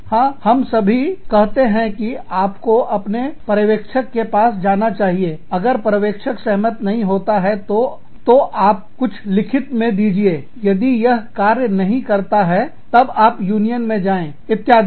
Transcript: हां हम सभी कहते हैं कि आपको अपने पर्यवेक्षक के पास जाना चाहिए अगर पर्यवेक्षक सहमत नहीं होता है तो आपको कुछ लिखित में दीजिए यदि यह कार्य नहीं करता है तब आप यूनियन में जाएं इत्यादि